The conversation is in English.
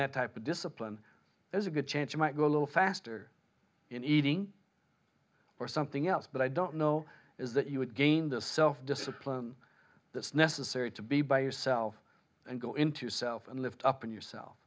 that type of discipline there's a good chance you might go a little faster in eating or something else but i don't know is that you would gain the self discipline that's necessary to be by yourself and go into self and lift up in yourself